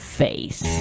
face